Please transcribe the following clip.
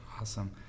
Awesome